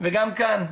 וגם כאן ,